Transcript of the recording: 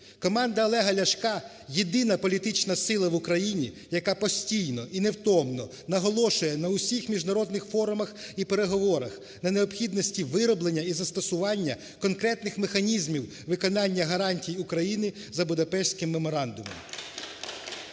Команда Олега Ляшка – єдина політична сила в Україні, яка постійно і невтомно наголошує на всіх міжнародних форумах і переговорах на необхідності вироблення і застосування конкретних механізмів виконання гарантій України за Будапештським меморандумом.